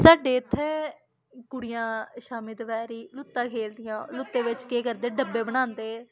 साड्डे उत्थैं कुड़ियां शाम्मी दपैह्री लुत्ता खेलदियां लुत्ते बिच्च केह् करदे डब्बे बनांदे